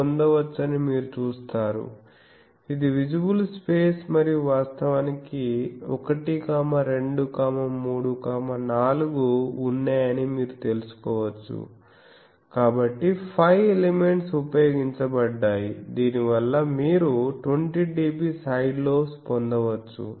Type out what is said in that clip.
ఇది పొందవచ్చని మీరు చూస్తారు ఇది విజిబుల్ స్పేస్ మరియు వాస్తవానికి 1 2 3 4 ఉన్నాయని మీరు తెలుసుకోవచ్చు కాబట్టి 5 ఎలిమెంట్స్ ఉపయోగించబడ్డాయి దీనివల్ల మీరు 20dB సైడ్ లోబ్స్ పొందవచ్చు